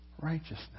righteousness